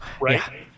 right